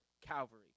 Calvary